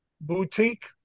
boutique